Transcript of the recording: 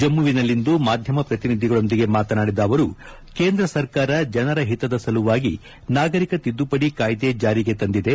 ಜಮ್ಮುವಿನಲ್ಲಿಂದು ಮಾಧ್ವಮ ಪ್ರತಿನಿಧಿಗಳೊಂದಿಗೆ ಮಾತನಾಡಿದ ಅವರು ಕೇಂದ್ರ ಸರ್ಕಾರ ಜನರ ಹಿತದ ಸಲುವಾಗಿ ನಾಗರಿಕ ತಿದ್ದುಪಡಿ ಕಾಯ್ದೆ ಜಾರಿಗೆ ತಂದಿದೆ